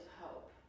hope